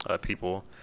people